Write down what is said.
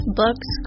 books